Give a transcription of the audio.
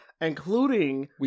including